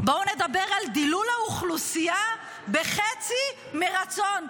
בואו נדבר על דילול האוכלוסייה בחצי, מרצון.